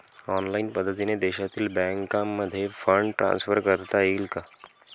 Online पद्धतीने देशातील बँकांमध्ये फंड ट्रान्सफर करता येईल का?